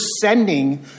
sending